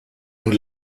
und